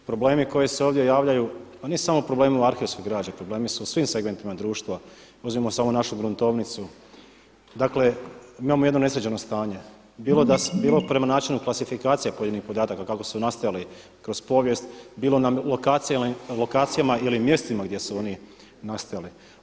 Problemi koji se ovdje javljaju, pa ne samo problemi u arhivskoj građi, problemi su u svim segmentima društva, uzmimo samo našu gruntovnicu, dakle imamo jedno nesređeno stanje, bilo prema načinu klasifikacija pojedinih podataka kako su nastajali kroz povijest, bilo na lokacijama ili mjestima gdje su oni nastajali.